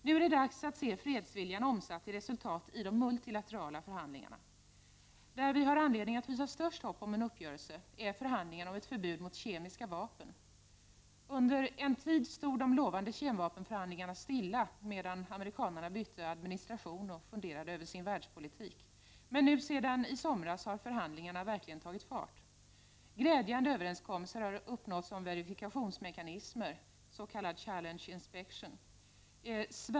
Nu är det dags att se fredsviljan omsatt i resultat i de multilaterala förhandlingarna. Vi har anledning att hysa störst hopp om en uppgörelse när det gäller förhandlingarna om ett förbud när det gäller kemiska vapen. Under en tid stod de lovande kem-vapenförhandlingarna stilla, medan amerikanerna bytte administration och tänkte över sin världspolitik. Sedan i somras har nu förhandlingarna verkligen tagit fart. Glädjande överenskommelser har uppnåtts om verifikationsmekanismer, s.k. challenge inspection.